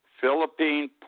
Philippine